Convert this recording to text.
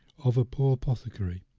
of a poor pothecary,